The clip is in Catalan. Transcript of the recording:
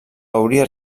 hauria